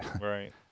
right